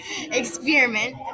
Experiment